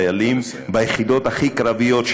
חיילים ביחידות הכי קרביות,